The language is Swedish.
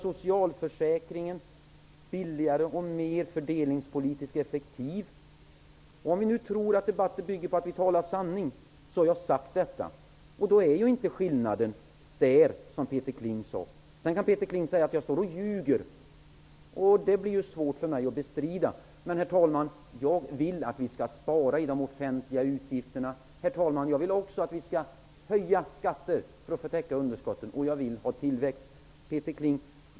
Socialförsäkringen måste bli billigare och mer fördelningspolitiskt effektiv. Vi bygger debatten på att vi talar sanning. Då är inte skillnaden där Peter Kling sade att den var. Peter Kling kan säga att jag ljuger. Det blir svårt för mig att bestrida. Men, herr talman, jag vill att vi skall spara i de offentliga utgifterna. Jag vill också att vi skall höja skatter för att täcka underskotten, och jag vill ha tillväxt.